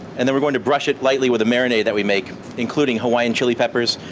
and then we're going to brush it lightly with a marinade that we make including hawaiian chili peppers,